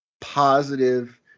positive